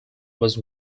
was